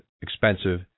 expensive